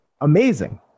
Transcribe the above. amazing